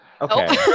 Okay